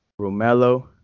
Romelo